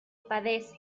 padecen